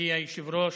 מכובדי היושב-ראש,